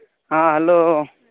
ᱦᱮᱸ ᱦᱮᱞᱳ